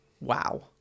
Wow